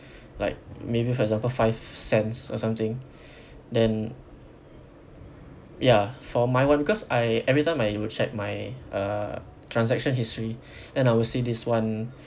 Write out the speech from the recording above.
like maybe for example five cents or something then ya for my one because I every time I will check my uh transaction history then I will see this one